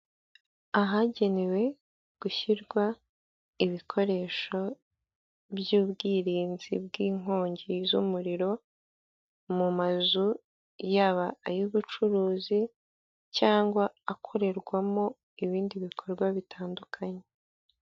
Ahagenewe gushyira igikoresho by'ubwirinzi bw'inkongi z'umuriro mu mazu, yaba ay'ubucuruzi cyangwa akorerwamo ibindi bikorwa bitandukanye.